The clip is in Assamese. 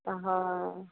পাহৰে অঁ